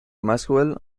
maxwell